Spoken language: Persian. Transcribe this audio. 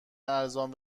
ارزان